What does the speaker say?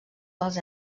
pels